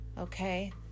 okay